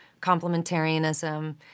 complementarianism